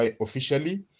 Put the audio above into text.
officially